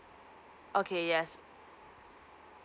okay yes